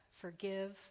forgive